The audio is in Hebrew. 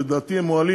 לדעתי, הם מועלים